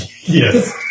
Yes